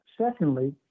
secondly